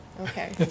Okay